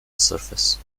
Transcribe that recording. surface